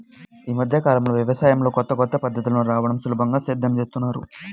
యీ మద్దె కాలంలో యవసాయంలో కొత్త కొత్త పద్ధతులు రాడంతో సులభంగా సేద్యం జేత్తన్నారు